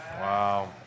Wow